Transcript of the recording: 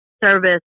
service